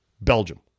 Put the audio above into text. Belgium